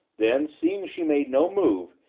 then, seeing she made no move,